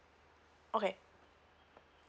okay